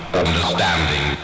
understanding